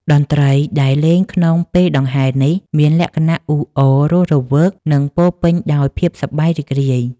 តន្ត្រីដែលលេងក្នុងពេលដង្ហែនេះ មានលក្ខណៈអ៊ូអរ រស់រវើក និងពោរពេញដោយភាពសប្បាយរីករាយ